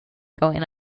going